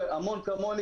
ורבים כמוני,